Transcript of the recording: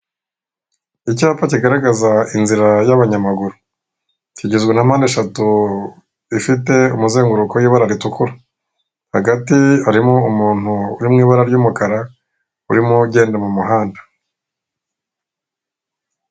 Icyapa kigaragaza inzira y'abanyamaguru kigizwe na mpande eshatu ifite umuzenguruko w'ibara ritukura hagati harimo umuntu uri mu ibara ry'umukara urimo ugenda mu muhanda.